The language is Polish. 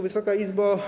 Wysoka Izbo!